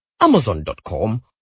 Amazon.com